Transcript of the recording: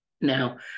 Now